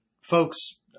folks